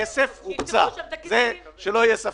הכסף הוקצה, שלא יהיה ספק.